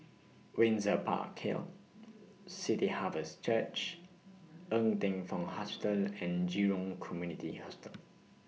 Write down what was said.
Windsor Park Hill City Harvest Church Ng Teng Fong Hospital and Jurong Community Hospital